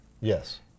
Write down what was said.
Yes